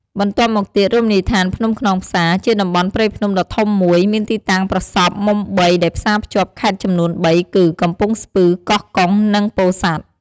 បន្ទាប់មកទៀតរមណីយដ្ឋានភ្នំខ្នងផ្សារ ជាតំបន់ព្រៃភ្នំដ៏ធំមួយ មានទីតាំងប្រសព្វមុំបីដែលផ្សាភ្ជាប់ខេត្តចំនួនបីគឺ កំពង់ស្ពឺ កោះកុង និងពោធិ៍សាត់។